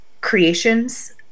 creations